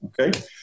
Okay